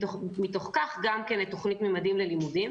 ומתוך כך גם את תוכנית "ממדים ללימודים".